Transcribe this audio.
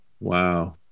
wow